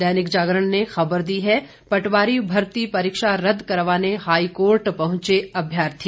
दैनिक जागरण ने खबर दी है पटवारी भर्ती परीक्षा रदद करवाने हाईकोर्ट पहुंचे अभ्यर्थी